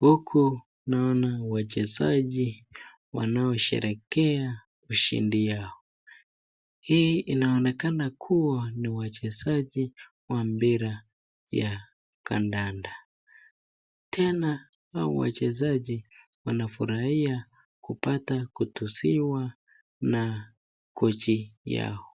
Huku naona wachezaji wanaosherehekea ushindi wao. Hii inaonekana kuwa ni wachezaji wa mpira ya kandanda. Tena hawa wachezaji wanafurahia kupata kutusiwa na kocha yao.